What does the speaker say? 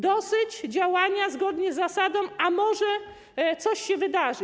Dosyć działania zgodnie z zasadą: a może coś się wydarzy.